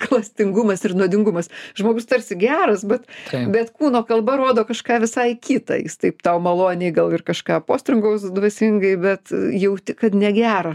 klastingumas ir nuodingumas žmogus tarsi geras bet bet kūno kalba rodo kažką visai kita jis taip tau maloniai gal ir kažką postringaus dvasingai bet jauti kad negera